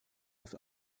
oft